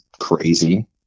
Crazy